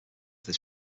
this